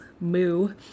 Moo